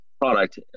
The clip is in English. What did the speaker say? product